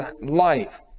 life